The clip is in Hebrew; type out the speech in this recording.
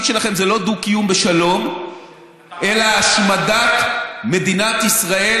שלכם זה לא דו-קיום בשלום אלא השמדת מדינת ישראל,